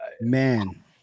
Man